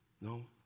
No